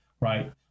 right